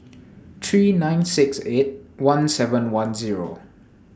three nine six eight one seven one Zero